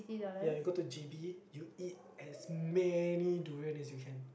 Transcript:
ya you go to J_B you eat as many durian as you can